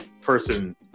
person